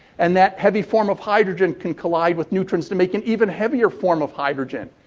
and that heavy form of hydrogen can collide with neutrons to make an even heavier form of hydrogen.